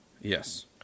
Yes